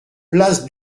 place